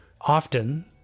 often